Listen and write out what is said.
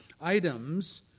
items